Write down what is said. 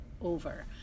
over